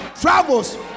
travels